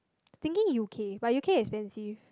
thinking U_K but U_K expensive